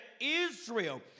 Israel